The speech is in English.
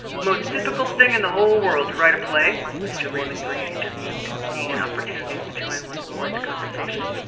most difficult thing in the whole world to write a play, mr. raymond greene intervened, seeing an opportunity to join once more in the conversation.